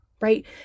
right